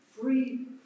Free